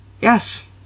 Yes